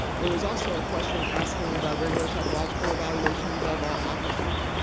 there was also a question asking about regular psychological evaluations of our officers.